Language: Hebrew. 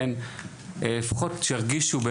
לפחות שירגישו,